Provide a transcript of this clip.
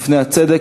בפני הצדק,